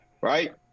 right